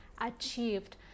achieved